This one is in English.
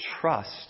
trust